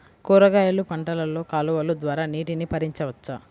కూరగాయలు పంటలలో కాలువలు ద్వారా నీటిని పరించవచ్చా?